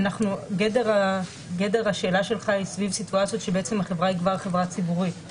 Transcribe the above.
גדר השאלה שלך היא סביב סיטואציות שבעצם החברה היא כבר חברה ציבורית.